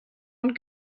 und